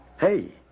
Hey